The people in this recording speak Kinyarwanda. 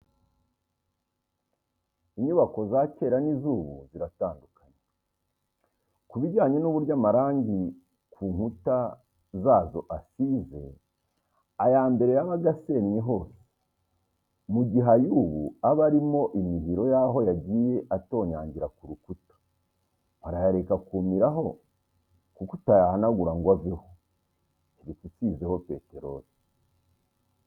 Inyubako za kera n'iz'ubu ziratandukanye, ku bijyanye n'uburyo amarangi yo ku nkuta zazo asize, aya mbere yabaga asennye hose, mu gihe ay'ubu aba arimo imihiro y'aho yagiye atonyangira ku rukuta, barayareka akumiraho kuko utayahanagura ngo aveho, keretse usizeho peteroli.